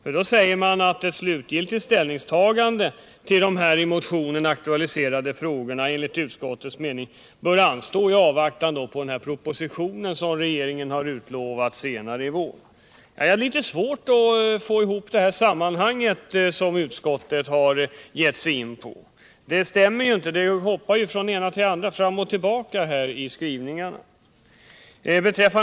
I år heter det: ”Då ett slutligt ställningstagande till de i motionen aktualiserade frågorna enligt utskottets mening bör anstå i avvaktan på den proposition i ämnet som enligt uppgift kommer att föreläggas riksdagen senare i vår avstyrker utskottet bifall till motionen.” Jag har litet svårt att få ihop sammanhanget i det som utskottet har givit sig in på. Det stämmer inte. Utskottet hoppar från det ena till det andra fram och tillbaka i skrivningen.